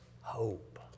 hope